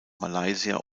malaysia